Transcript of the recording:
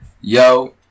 yo